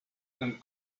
and